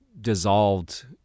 dissolved